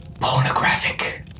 pornographic